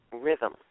rhythm